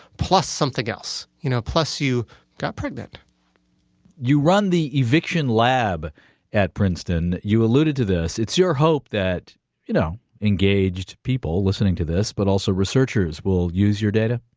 plus something else you know, plus you got pregnant you run the eviction lab at princeton. you alluded to this, but it's your hope that you know engaged people listening to this, but also researchers will use your data?